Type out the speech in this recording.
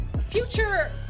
future